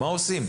מה עושים?